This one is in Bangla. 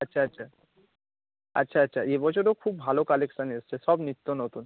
আচ্ছা আচ্ছা আচ্ছা আচ্ছা এবছরও খুব ভালো কালেকশান এসেছে সব নিত্য নতুন